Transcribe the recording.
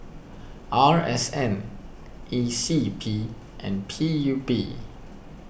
R S N E C P and P U B